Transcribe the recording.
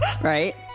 right